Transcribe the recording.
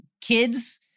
kids